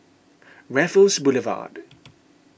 Raffles Boulevard